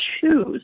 choose